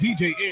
DJ